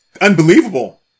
unbelievable